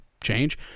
change